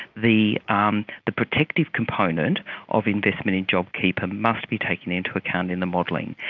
the um the protective component of investment in jobkeeper must be taken into account in the modelling.